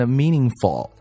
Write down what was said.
meaningful